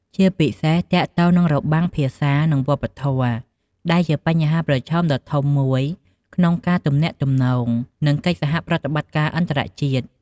ជាពិសេសទាក់ទងនឹងរបាំងភាសា និងវប្បធម៌ ដែលជាបញ្ហាប្រឈមដ៏ធំមួយក្នុងការទំនាក់ទំនង និងកិច្ចសហប្រតិបត្តិការអន្តរជាតិ។